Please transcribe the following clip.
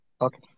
Okay